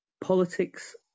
politics